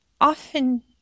often